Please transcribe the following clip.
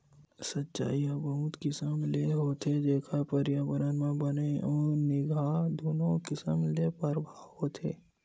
सिचई ह बहुत किसम ले होथे जेखर परयाबरन म बने अउ गिनहा दुनो किसम ले परभाव होथे